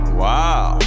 wow